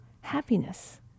happiness